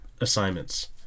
assignments